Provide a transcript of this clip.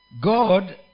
God